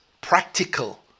practical